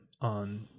on